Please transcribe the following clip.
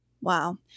wow